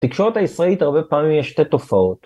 תקשורת הישראלית הרבה פעמים יש שתי תופעות